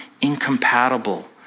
incompatible